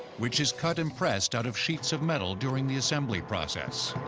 which is cut and pressed out of sheets of metal during the assembly process.